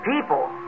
people